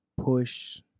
push